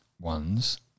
ones